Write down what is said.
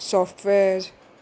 software